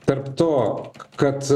tarp to kad